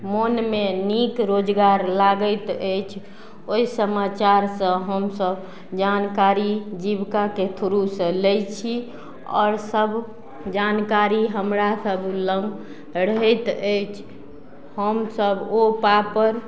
मोनमे नीक रोजगार लागैत अछि ओइ समाचारसँ हमसब जानकारी जीविकाके थ्रूसँ लै छी आओर सब जानकारी हमरा सब लग रहैत अछि हमसब ओ पापड़